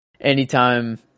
anytime